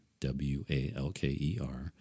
W-A-L-K-E-R